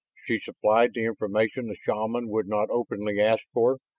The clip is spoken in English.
she supplied the information the shaman would not openly ask for.